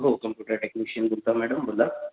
हो computer technician बोलतो आहे मॅडम बोला